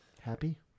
Happy